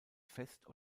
fest